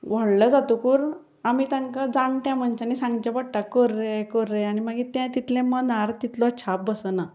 व्हडलो जातकूर आमी तांकां जाणट्या मनशांनीं सांगचें पडटा कर रे कर रे मागीर तें तितलें मनार तितलो छाप बसना